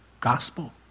gospel